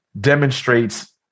demonstrates